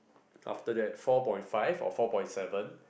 after that four point five or four point seven